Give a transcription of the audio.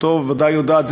אשתו ודאי יודעת,